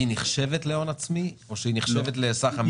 היא נחשבת להון עצמי או שהיא נחשבת לסך המימון?